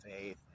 faith